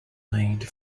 made